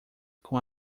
com